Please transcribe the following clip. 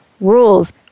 rules